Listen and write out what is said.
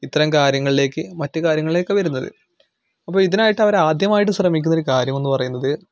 ഇത്തരം കാര്യങ്ങളിലേക്ക് മറ്റ് കാര്യങ്ങളിലേക്ക് വരുന്നത് അപ്പോൾ ഇതിനായിട്ട് അവർ ആദ്യമായിട്ട് ശ്രമിക്കുന്ന ഒരു കാര്യമെന്ന് പറയുന്നത്